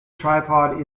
tripod